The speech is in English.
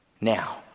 Now